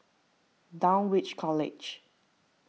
Dulwich College